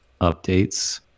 updates